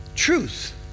Truth